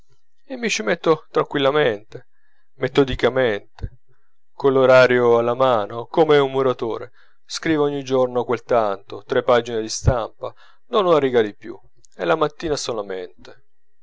e mi ci metto tranquillamente metodicamente coll'orario alla mano come un muratore scrivo ogni giorno quel tanto tre pagine di stampa non una riga di più e la mattina solamente